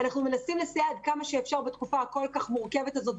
אנחנו מנסים לסייע עד כמה שאפשר בתקופה הכול כך מורכבת הזאת,